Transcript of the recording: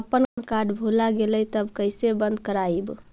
अपन कार्ड भुला गेलय तब कैसे बन्द कराइब?